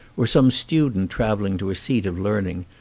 or some student travelling to a seat of learn ing,